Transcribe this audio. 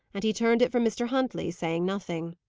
and he turned it from mr. huntley, saying nothing.